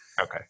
Okay